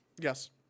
Yes